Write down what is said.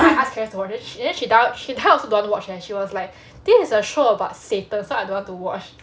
I asked claris to watch then she die also don't wanna watch leh she was like this is a show about satan so I don't want to watch